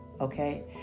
Okay